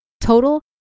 Total